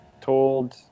told